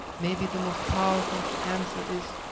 maybe the most powerful answer is,